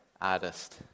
artist